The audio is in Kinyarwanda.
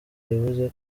yavuze